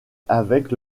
avec